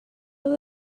oedd